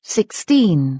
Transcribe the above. Sixteen